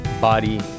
body